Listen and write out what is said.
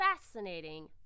fascinating